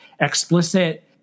explicit